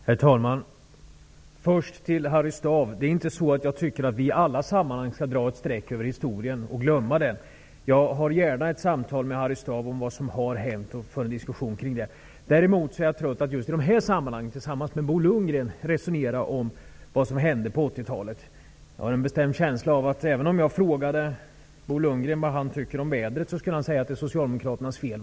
Herr talman! Först vill jag säga till Harry Staaf att jag inte tycker att vi i alla sammanhang skall dra ett streck över historien och glömma den. Jag för gärna en diskussion med Harry Staaf om vad som har hänt. Däremot är jag trött på att i just de här sammmanhangen resonera med Bo Lundgren om vad som hände på 80-talet. Jag har en känsla av att Bo Lundgren, även om jag frågade vad han tyckte om vädret, skulle säga att det är Socialdemokraternas fel.